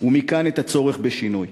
ומכאן את הצורך בשינוי,